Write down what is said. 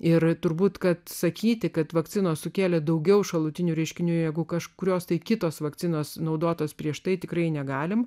ir turbūt kad sakyti kad vakcinos sukėlė daugiau šalutinių reiškinių jeigu kažkurios tai kitos vakcinos naudotos prieš tai tikrai negalime